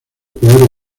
peor